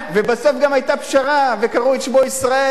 ובסוף גם היתה פשרה וקראו את שמו ישראל.